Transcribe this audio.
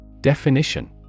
Definition